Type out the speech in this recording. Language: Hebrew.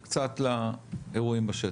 בואו נרד עכשיו קצת לאירועים בשטח.